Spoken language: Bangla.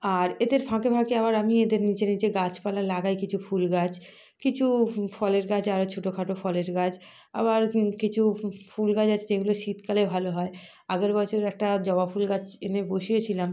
আর এদের ফাঁকে ফাঁকে আবার আমি এদের নীচে নীচে গাছপালা লাগাই কিছু ফুল গাছ কিছু ফ ফলের গাছ আরো ছোটো খাটো ফলের গাছ আবার কি কিছু ফু ফুল গাছ আসছে যেগুলো শীতকালে ভালো হয় আগের বছর একটা জবা ফুল গাছ এনে বসিয়েছিলাম